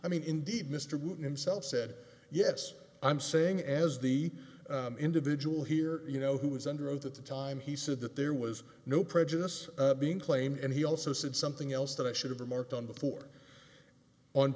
i mean indeed mr putin himself said yes i'm saying as the individual here you know who is under oath at the time he said that there was no prejudice being claim and he also said something else that i should have remarked on the fore on